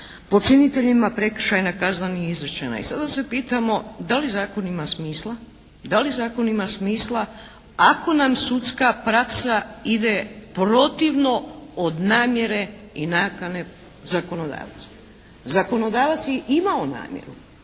počiniteljima prekršajna kazna nije izrečena. I sada se pitamo da li zakon ima smisla? Da li zakon ima smisla ako nam sudska praksa ide protivno od namjere i nakane zakonodavca. Zakonodavac je imao namjeru